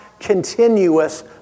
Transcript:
continuous